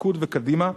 ליכוד וקדימה,